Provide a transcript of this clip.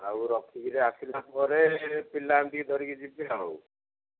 ଆଉ ରଖିକିରି ଆସିଲା ପରେ ପିଲାଙ୍କୁ ଧରିକି ଯିବି ଆଉ